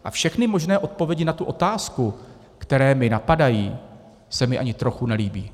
A všechny možné odpovědi na tu otázku, které mě napadají se mi ani trochu nelíbí.